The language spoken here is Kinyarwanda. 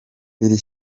iri